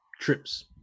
trips